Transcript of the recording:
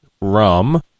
rum